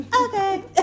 Okay